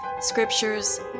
scriptures